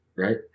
right